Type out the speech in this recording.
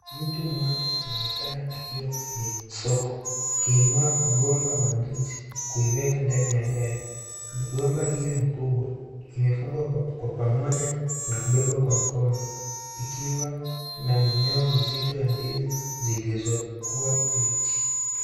Mtu mmoja anaonekana akiwa kwenye soko akiinua mgomba wa ndizi kuiweka ndani gari. Migomba hiyo ni kubwa, kwa pamoja na kubebwa kwa mkono. Ikiwa na minyoo mizito ya ndizi zilizokuwa mbichi.